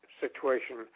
situation